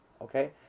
Okay